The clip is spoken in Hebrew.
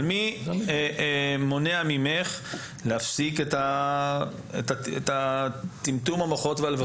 אבל, מי מונע ממך להפסיק את טמטום המוחות והלבבות?